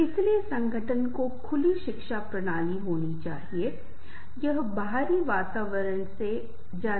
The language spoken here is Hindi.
इसलिए जब हम संबंध विकसित करना चाहते हैं तो संचारकों के लिए कुछ खास टिप्स हैं